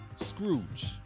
Scrooge